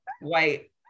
white